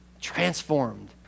transformed